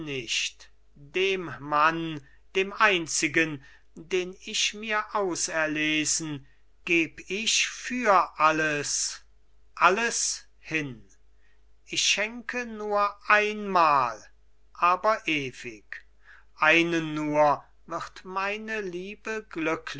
nicht dem mann dem einzigen den ich mir auserlesen geb ich für alles alles hin ich schenke nur einmal aber ewig einen nur wird meine liebe